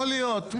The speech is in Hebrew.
יכול להיות.